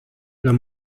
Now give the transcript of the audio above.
los